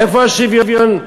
איפה השוויון?